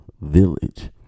village